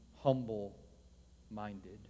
humble-minded